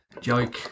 Joke